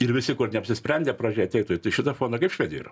ir visi kur neapsisprendę pradžioj ateitų į šitą fondą kaip švedijoj yra